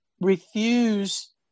refuse